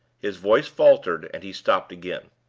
his voice faltered, and he stopped again.